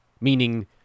meaning